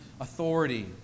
authority